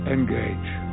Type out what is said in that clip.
Engage